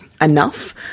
enough